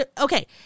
okay